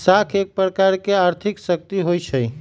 साख एक प्रकार के आर्थिक शक्ति होइ छइ